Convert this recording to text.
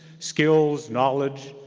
skills, knowledge,